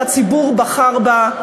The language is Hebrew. זאת הקואליציה שהציבור בחר בה.